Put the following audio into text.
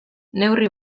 neurri